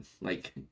Like-